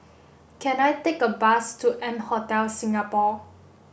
can I take a bus to M Hotel Singapore